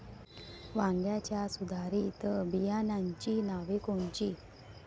वांग्याच्या सुधारित बियाणांची नावे कोनची?